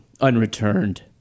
unreturned